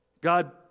God